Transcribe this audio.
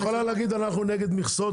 את יכולה להגיד: אנחנו נגד מכסות.